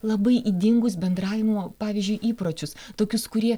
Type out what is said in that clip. labai ydingus bendravimo pavyzdžiui įpročius tokius kurie